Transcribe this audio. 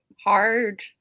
hard